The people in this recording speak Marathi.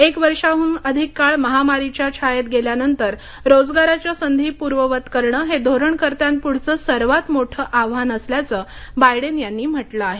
एकवर्षाहून अधिक काळ महामारीच्या छायेत गेल्यानंतर रोजगाराच्या संधी पूर्ववत करणं हेधोरणकर्त्यांपुढचे सर्वात मोठं आव्हान असल्याचं बायडेन यांनी म्हटलं आहे